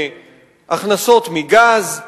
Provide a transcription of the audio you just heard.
בהכנסות מגז,